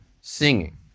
singing